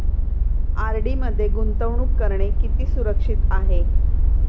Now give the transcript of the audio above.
RD मध्ये गुंतवणूक करणे किती सुरक्षित आहे?